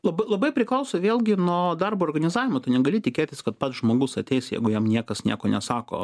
labai labai priklauso vėlgi nuo darbo organizavimo tu negali tikėtis kad pats žmogus ateis jeigu jam niekas nieko nesako